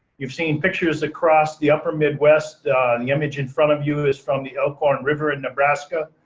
you've seen pictures across the upper mid west. the image in front of you is from the elkhorn river in nebraska.